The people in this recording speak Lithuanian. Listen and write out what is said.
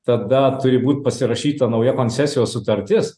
tada turi būt pasirašyta nauja koncesijos sutartis